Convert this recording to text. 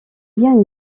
bien